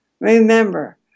Remember